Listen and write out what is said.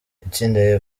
itsinda